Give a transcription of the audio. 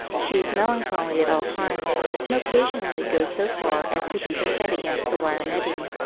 she is melancholy at all times, and occasionally goes so far as to beat her head against the wire netting.